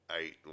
eight